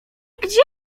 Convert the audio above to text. gdzie